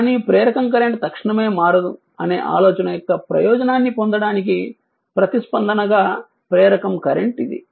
కానీ ప్రేరకం కరెంట్ తక్షణమే మారదు అనే ఆలోచన యొక్క ప్రయోజనాన్ని పొందడానికి ప్రతిస్పందనగా ప్రేరకం కరెంట్ ఇది